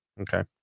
Okay